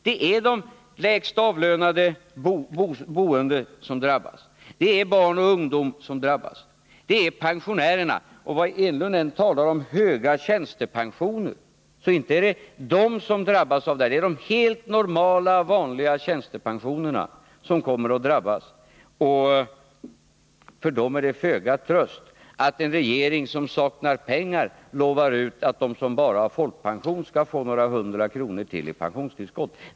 Det är de lägst avlönade boende som drabbas, det är barn och ungdom som drabbas, det är pensionärerna som drabbas. Och vad Eric Enlund än säger när han talar om höga tjänstepensioner, så inte är det de som har sådana som kommer att drabbas av det här, utan det är de helt normala vanliga tjänstepensionärerna som kommer att drabbas. För dem är det föga tröst att en regering som saknar pengar lovar ut att de som bara har folkpension skall få några hundra kronor till i pensionstillskott.